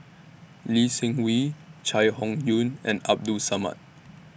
Lee Seng Wee Chai Hon Yoong and Abdul Samad